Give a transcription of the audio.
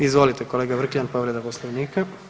Izvolite kolega Vrkljan, povreda Poslovnika.